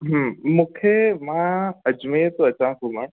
हूं मूंखे मां अजमेर थो अचा सूमरु